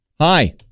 hi